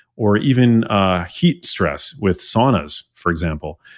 or even ah heat stress with saunas for example,